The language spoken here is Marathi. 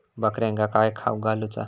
बकऱ्यांका काय खावक घालूचा?